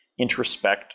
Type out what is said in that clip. introspect